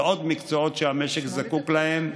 בעוד מקצועות שהמשק זקוק להם.